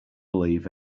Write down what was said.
believe